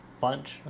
bunch